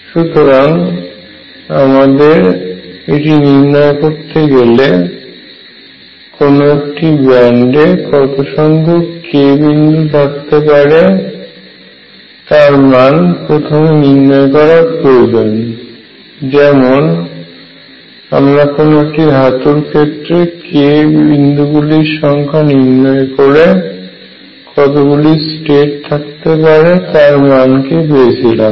সুতরাং আমাদের এটি নির্ণয় করতে গেলে কোন একটি ব্যান্ডে কতসংখ্যক k বিন্দু থাকতে পারে তার মান প্রথম নির্ণয় করা প্রয়োজন যেমন আমরা কোন একটি ধাতুর ক্ষেত্রে k বিন্দুগুলির সংখ্যা নির্ণয় করে কতগুলি স্টেট থাকতে পারে তার মান কে পেয়েছিলম